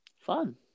fun